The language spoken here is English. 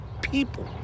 people